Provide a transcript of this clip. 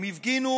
הם הפגינו,